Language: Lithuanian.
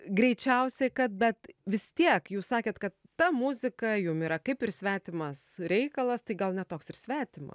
greičiausiai kad bet vis tiek jūs sakėt kad ta muzika jum yra kaip ir svetimas reikalas tai gal ne toks ir svetima